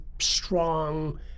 strong